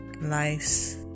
Life's